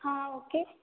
okay